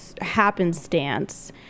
happenstance